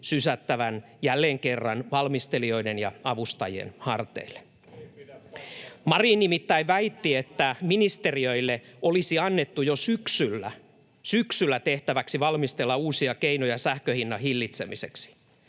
sysättävän jälleen kerran valmistelijoiden ja avustajien harteille. [Jukka Gustafsson: Ei pidä paikkaansa!] Marin nimittäin väitti, että ministeriöille olisi annettu jo syksyllä — syksyllä — tehtäväksi valmistella uusia keinoja sähkönhinnan hillitsemiseksi.